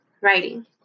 Writing